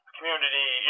Community